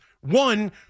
One